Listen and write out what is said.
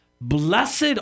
Blessed